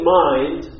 mind